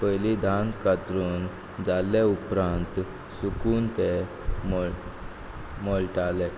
पयलीं धान कातरून जाले उपरांत सुकून तें मळ मळटालें